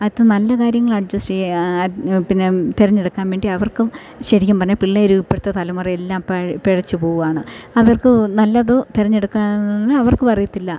അതു നല്ല കാര്യങ്ങൾ അഡ്ജസ്റ്റ് ചെയ്യാൻ അതു പിന്നെ തിരഞ്ഞെടുക്കാൻ വേണ്ടി അവർക്കും ശരിക്കും പറഞ്ഞാൽ പിള്ളേർ ഇപ്പോഴത്തെ തലമുറയെല്ലാം പിഴ പിഴച്ചു പോകാണ് അവർക്കു നല്ലത് തിരഞ്ഞെടുക്കാൻ അവർക്കും അറിയത്തില്ല